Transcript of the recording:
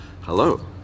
hello